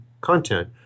content